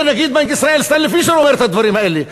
זה נגיד בנק ישראל סטנלי פישר אומר את הדברים האלה,